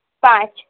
पाँच